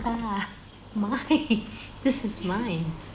ah mine this is mine